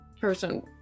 person